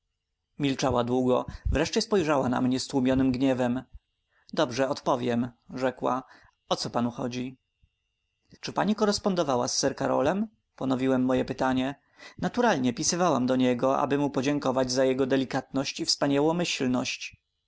milczała długo wreszcie spojrzała na mnie z tłumionym gniewem dobrze odpowiem rzekła o co panu chodzi czy pani korespondowała z sir karolem ponowiłem moje pytanie naturalnie pisywałam do niego aby mu podziękować za jego delikatność i